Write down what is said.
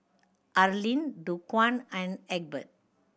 Arlin Dequan and Egbert